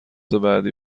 بعدی